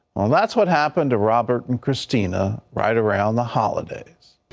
well that's what happened to robert and christina right around the holidays.